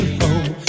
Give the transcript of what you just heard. home